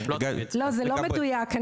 זה לא מדויק.